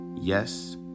yes